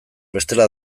bestela